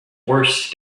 worse